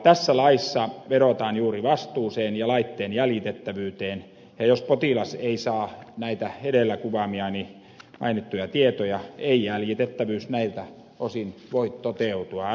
tässä laissa vedotaan juuri vastuuseen ja laitteen jäljitettävyyteen ja jos potilas ei saa näitä edellä kuvaamiani mainittuja tietoja ei jäljitettävyys näiltä osin voi toteutua